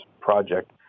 project